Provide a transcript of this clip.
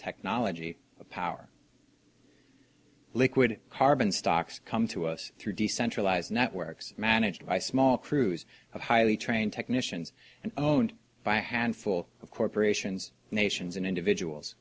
technology of power liquid carbon stocks come to us through decentralized networks managed by small crews of highly trained technicians and owned by a handful of corporations nations and individuals